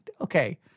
Okay